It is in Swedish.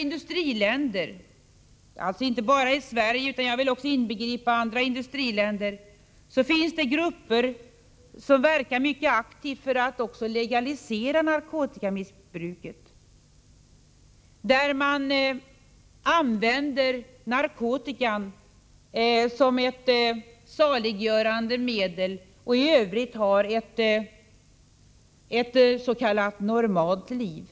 Men i industriländerna — det gäller alltså inte bara Sverige, utan jag inbegriper också övriga industriländer — finns det grupper som mycket aktivt verkar för att legalisera narkotikamissbruket. Man använder narkotikan som ett saliggörande medel och anser sig i övrigt föra ett normalt liv.